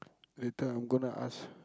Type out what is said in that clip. later I'm gonna ask